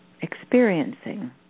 experiencing